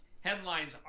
headlines